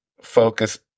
focus